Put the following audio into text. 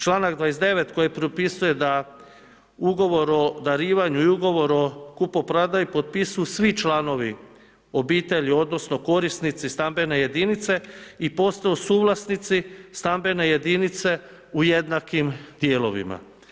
Čl. 29. koji propisuje da ugovor o darivanju i ugovor o kupoprodaji potpisuju svi članovi obitelji , odnosno, korisnici stambene jedinice i postaju suvlasnici stambene jedinice u jednakim dijelovima.